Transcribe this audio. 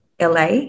LA